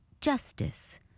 justice